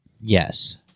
Yes